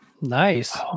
nice